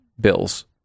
bills